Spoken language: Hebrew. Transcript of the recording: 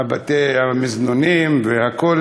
המזנונים והכול